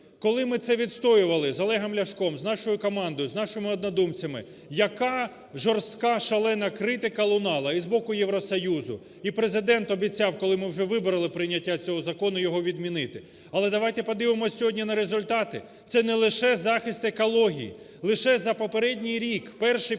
Коли ми це відстоювали з Олегом Ляшком, з нашою командою, з нашими однодумцями, яка жорстка, шалена критика лунала і з боку Євросоюзу, і Президент обіцяв, коли ми вже вибороли прийняття цього закону його відмінити. Але давайте подивимося сьогодні на результати, це не лише захист екології. Лише за попередній рік, перший і повноцінний